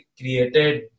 created